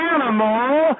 animal